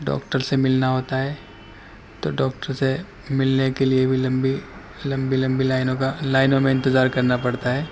doctor سے ملنا ہوتا ہے تو ڈاکٹر سے ملنے کے لیے بھی لمبی لمبی لمبی لائنوں کا لائنوں میں انتظار کرنا پڑتا ہے